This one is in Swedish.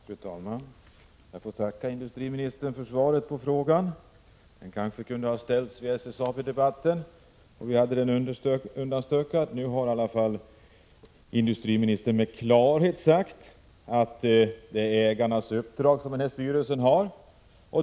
Fru talman! Jag får tacka industriministern för svaret på frågan. Den kanske kunde ha ställts under SSAB-debatten; i så fall hade vi haft saken undanstökad. Nu har i alla fall industriministern med klarhet sagt att det är ägarnas uppdrag som denna styrelse har.